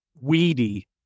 weedy